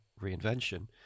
reinvention